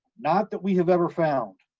not that we have ever found.